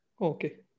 Okay